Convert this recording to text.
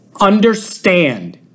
understand